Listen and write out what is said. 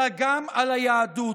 אלא גם על היהדות,